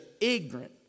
ignorant